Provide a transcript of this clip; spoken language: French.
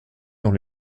dans